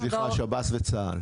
בוקר טוב.